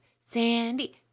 Sandy